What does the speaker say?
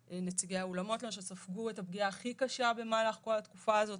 נציגי האולמות למשל ספגו את הפגיעה הכי קשה במהלך כל התקופה הזאת.